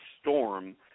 storm